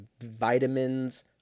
vitamins